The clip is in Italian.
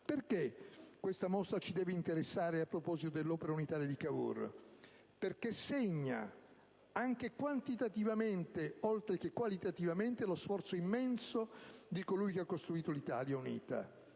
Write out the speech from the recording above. motivo questa mostra ci deve interessare a proposito dell'opera unitaria di Cavour? Perché segna, anche quantitativamente oltre che qualitativamente, lo sforzo immenso di colui che ha costruito l'Italia unita.